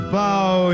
bow